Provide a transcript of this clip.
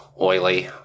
oily